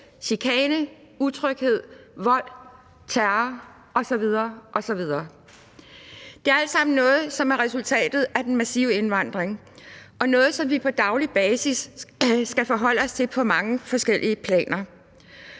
chikane, utryghed, vold, terror osv. osv. Det er alt sammen noget, som er resultatet af den massive indvandring, og noget, som vi på daglig basis skal forholde os til på mange forskellige planer.